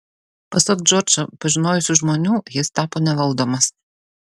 pasak džordžą pažinojusių žmonių jis tapo nevaldomas